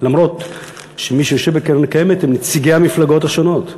אף שמי שיושבים בקרן הקיימת הם נציגי המפלגות השונות,